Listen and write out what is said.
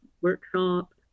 workshop